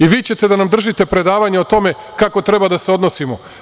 I vi ćete da nam držite predavanje o tome kako treba da se odnosimo?